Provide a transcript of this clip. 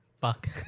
fuck